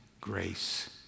grace